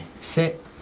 sit